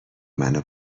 منو